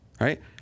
Right